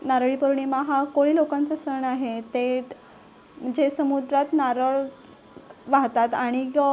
नारळी पौर्णिमा हा कोळी लोकांचा सण आहे ते जे समुद्रात नारळ वाहतात आणिक